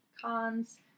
cons